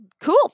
cool